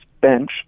bench